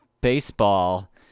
baseball